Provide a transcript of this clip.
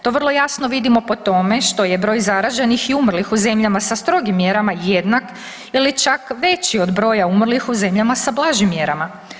To vrlo jasno vidimo po tome što je broj zaraženih i umrlih u zemljama sa strogim mjerama jednak ili čak veći od broja umrlih u zemljama sa blažim mjerama.